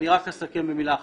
אסכם במילה אחת.